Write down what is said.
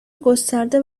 گسترده